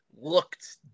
looked